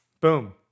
Boom